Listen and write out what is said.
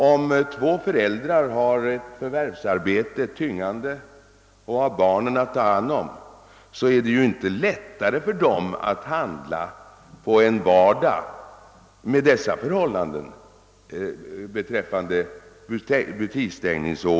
Om två föräldrar har ett tyngande förvärvsarbete och dessutom har barnen att ta hand om är det inte lättare för dem att handla på en vardag med dessa förhållanden beträffande butiksstängning.